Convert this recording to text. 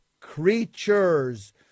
Creatures